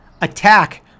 attack